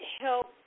help